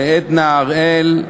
לעדנה הראל,